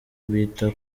bita